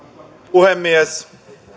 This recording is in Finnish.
puhemies